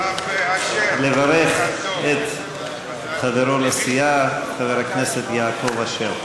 לברך את חברו לסיעה חבר הכנסת יעקב אשר.